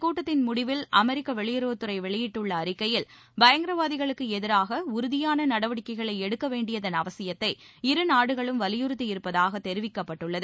கூட்டத்தின் முடிவில் அமெரிக்க வெளியுறவுத்துறை வெளியிட்டுள்ள அறிக்கையில் இந்த பயங்கரவாதிகளுக்கு எதிராக உறுதியான நடவடிக்கைகளை எடுக்கவேண்டியதன் அவசியத்தை இருநாடுகளும் வலியுறுத்தி இருப்பதாக தெரிவிக்கப்பட்டுள்ளது